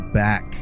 back